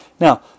Now